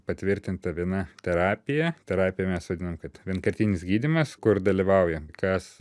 patvirtinta viena terapija terapija mes vadinam kad vienkartinis gydymas kur dalyvauja kas